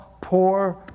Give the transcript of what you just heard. poor